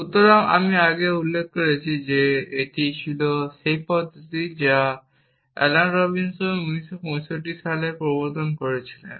সুতরাং যেমন আমি আগে উল্লেখ করেছি যে এটি ছিল সেই পদ্ধতি যা অ্যালান রবিনসন 1965 সালে প্রবর্তন করেছিলেন